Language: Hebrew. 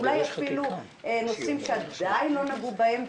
אולי אפילו נושאים שעדיין לא נגעו בהם,